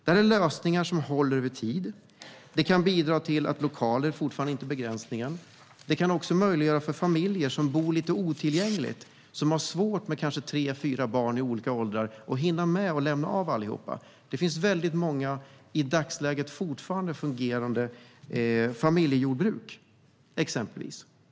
Detta är lösningar som håller över tid. Det kan bidra till att lokaler inte är begränsningen. Det kan också möjliggöra för familjer som bor lite otillgängligt och som har svårt med tre eller fyra barn i olika åldrar att hinna lämna alla. Det finns i dagsläget fortfarande många familjejordbruk.